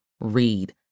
read